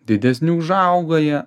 didesni užauga jie